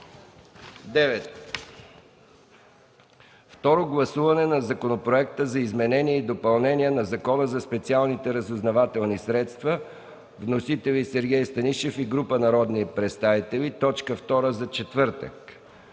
9. Второ гласуване на Законопроекта за изменение и допълнение на Закона за специалните разузнавателни средства. Вносители: Сергей Станишев и група народни представители – точка втора за четвъртък.